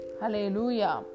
Hallelujah